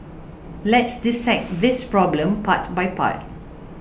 let's dissect this problem part by part